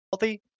healthy